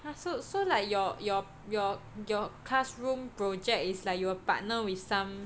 !huh! so so like your your your your classroom project is like you will partner with some